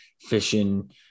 fishing